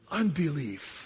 unbelief